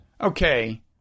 Okay